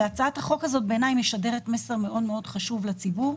והצעת החוק הזאת בעיניי משדרת מסר מאוד מאוד חשוב לציבור,